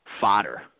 fodder